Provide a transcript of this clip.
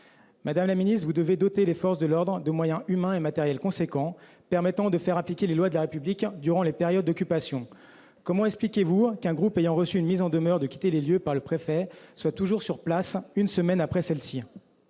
Madame la ministre, vous devez doter les forces de l'ordre de moyens humains et matériels importants, permettant de faire appliquer les lois de la République durant les périodes d'occupation. Comment expliquez-vous qu'un groupe ayant reçu du préfet une mise en demeure de quitter les lieux soit toujours sur place une semaine après ?